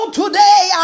today